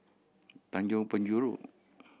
Tanjong Penjuru